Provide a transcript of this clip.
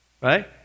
right